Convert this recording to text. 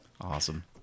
Awesome